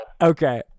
Okay